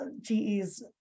GE's